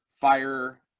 fire